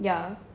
ya